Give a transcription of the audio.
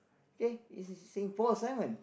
K it is saying Paul-Simon